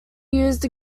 used